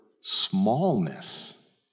smallness